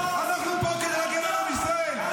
אנחנו פה כדי להגן על עם ישראל.